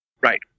Right